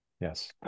Yes